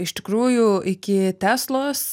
iš tikrųjų iki teslos